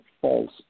false